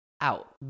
out